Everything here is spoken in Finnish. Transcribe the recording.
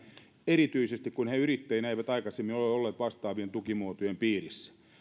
erityisesti kun he yrittäjinä eivät aikaisemmin ole olleet vastaavien tukimuotojen piirissä